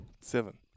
seven